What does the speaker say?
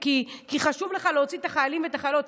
כי חשוב לך להוציא את החיילים ואת החיילות,